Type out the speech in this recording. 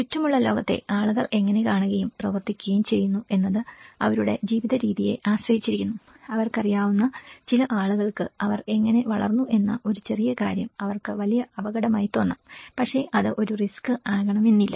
ചുറ്റുമുള്ള ലോകത്തെ ആളുകൾ എങ്ങനെ കാണുകയും പ്രവർത്തിക്കുകയും ചെയ്യുന്നു എന്നത് അവരുടെ ജീവിതരീതിയെ ആശ്രയിച്ചിരിക്കുന്നു അവർക്കറിയാവുന്ന ചില ആളുകൾക്ക് അവർ എങ്ങനെ വളർന്നു എന്ന ഒരു ചെറിയ കാര്യം അവർക്ക് വലിയ അപകടമായി തോന്നാം പക്ഷേ അത് ഒരു റിസ്ക് ആകണമെന്നില്ല